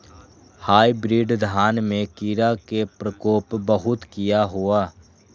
Hybrid धान में कीरा के प्रकोप बहुत किया होया?